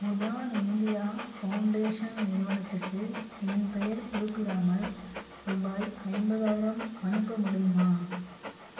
Udaan India foundation நிறுவனத்துக்கு என் பெயர் குறிப்பிடாமல் ருபாய் ஐம்பதாயிரம் அனுப்ப முடியுமா